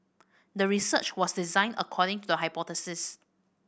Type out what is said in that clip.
the research was designed according to the hypothesis